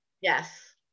Yes